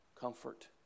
comfort